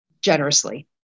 generously